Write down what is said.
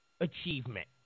achievement